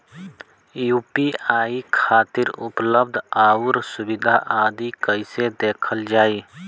UPI खातिर उपलब्ध आउर सुविधा आदि कइसे देखल जाइ?